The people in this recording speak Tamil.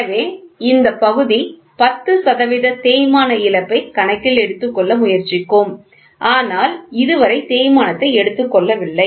எனவே இந்த பகுதி 10 சதவிகித தேய்மான இழப்பை கணக்கில் எடுத்துக் கொள்ள முயற்சிக்கும் ஆனால் இதுவரை தேய்மானத்தை எடுத்துக்கொள்ளவில்லை